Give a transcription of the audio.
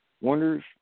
Wonders